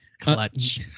Clutch